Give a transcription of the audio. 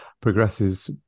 progresses